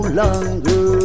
longer